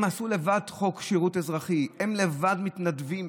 הם עשו לבד חוק שירות אזרחי, הם לבד מתנדבים.